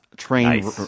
train